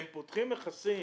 הם פותחים מכסים